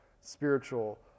spiritual